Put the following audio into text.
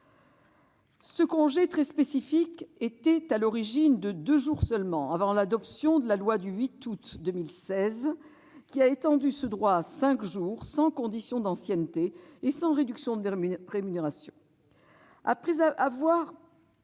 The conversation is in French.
Ce congé très spécifique était, à l'origine, de deux jours seulement, avant l'adoption de la loi du 8 août 2016, qui a étendu ce droit à cinq jours, sans condition d'ancienneté et sans réduction de rémunération. Avoir